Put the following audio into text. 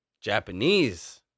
Japanese